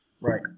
Right